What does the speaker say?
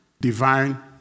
Divine